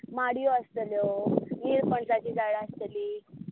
माडयो आसतल्यो निरपणसाची झाडां आसतलीं